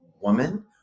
Woman